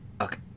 Okay